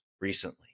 recently